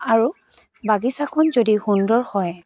আৰু বাগিচাখন যদি সুন্দৰ হয়